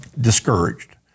discouraged